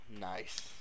Nice